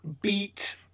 beat